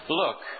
look